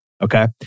Okay